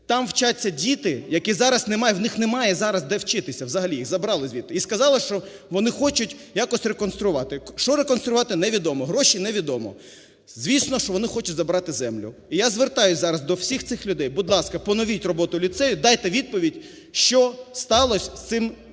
Там вчаться діти, які зараз немає… в них немає зараз, де вчитися взагалі, їх забрали звідти і сказали, що вони хочуть якось реконструювати. Що реконструювати – невідомо, гроші – невідомо. Звісно, що вони хочуть забрати землю. І я звертаюся зараз до всіх цих людей: будь ласка, поновіть роботу ліцею, дайте відповідь, що сталося з цією